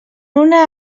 una